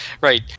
right